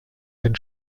den